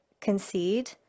concede